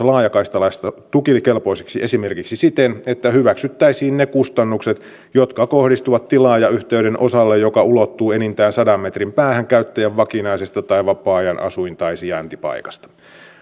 laajakaistalaissa tukikelpoisiksi esimerkiksi siten että hyväksyttäisiin ne kustannukset jotka kohdistuvat tilaajayhteyden osalle joka ulottuu enintään sadan metrin päähän käyttäjän vakinaisesta tai vapaa ajan asuin tai sijaintipaikasta